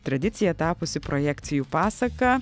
tradicija tapusi projekcijų pasaka